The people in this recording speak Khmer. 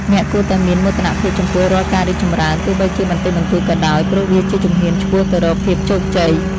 អ្នកគួរតែមានមោទនភាពចំពោះរាល់ការរីកចម្រើនទោះបីជាបន្តិចបន្តួចក៏ដោយ ព្រោះវាជាជំហានឆ្ពោះទៅរកភាពជោគជ័យ។